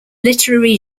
literary